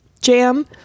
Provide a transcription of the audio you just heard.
jam